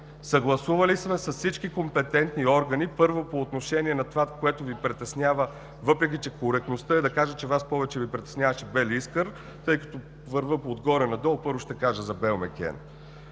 съгласували сме с всички компетентни органи, първо, по отношение на това, което Ви притеснява, въпреки че коректността е да кажа, че Вас повече Ви притесняваше „Бели Искър“ – тъй като вървя от горе надолу, първо, ще кажа за „Белмекен“.